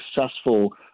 successful